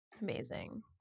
Amazing